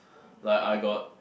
like I got